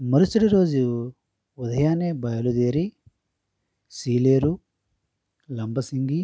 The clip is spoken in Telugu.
మరుసటి రోజు ఉదయాన్నే బయలుదేరి సీలేరు లంబసింగి